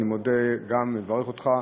אני רוצה לברך אותך.